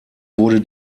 wurde